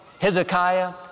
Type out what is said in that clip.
Hezekiah